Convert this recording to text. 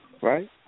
right